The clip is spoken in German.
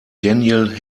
daniel